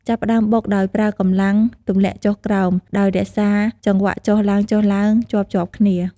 ចាប់ផ្តើមបុកដោយប្រើកម្លាំងទម្លាក់ចុះក្រោម ដោយរក្សាចង្វាក់ចុះឡើងៗជាប់ៗគ្នា។